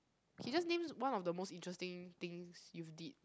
K just name one of the most interesting things you've did